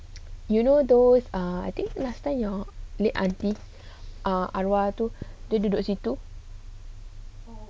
you know those uh I think last time your late aunty ah arwah tu dia duduk situ